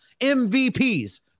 MVPs